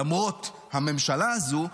למרות הממשלה הזו,